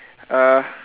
uh